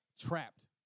Trapped